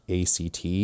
ACT